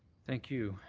thank you.